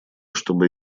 чтобы